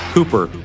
Cooper